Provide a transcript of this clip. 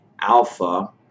alpha